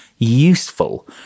useful